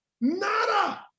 Nada